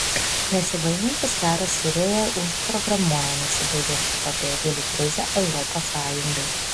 nesibaigiantis karas sirijoje užprogramuoja nesibaigiančią pabėgėlių krizę europos sąjungai